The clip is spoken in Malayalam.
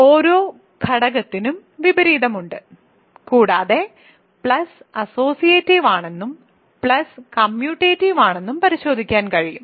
ഓരോ ഘടകത്തിനും വിപരീതമുണ്ട് കൂടാതെ അസ്സോസിയേറ്റീവ് ആണെന്നും കമ്മ്യൂട്ടേറ്റീവ് ആണെന്നും പരിശോധിക്കാൻ കഴിയും